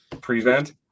Prevent